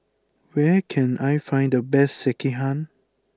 where can I find the best Sekihan